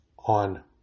On